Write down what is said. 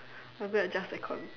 I'm going to adjust the aircon